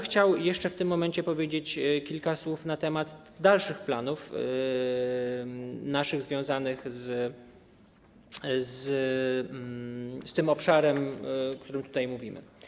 Chciałbym jeszcze w tym momencie powiedzieć kilka słów na temat naszych dalszych planów związanych z tym obszarem, o którym tutaj mówimy.